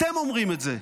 אתם אומרים את זה.